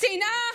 שנאה